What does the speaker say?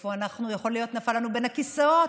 איפה יכול להיות שנפל לנו בין הכיסאות.